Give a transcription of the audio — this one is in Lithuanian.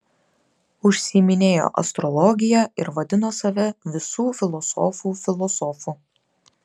užsiiminėjo astrologija ir vadino save visų filosofų filosofu